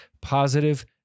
Positive